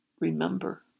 Remember